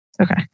Okay